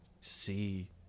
see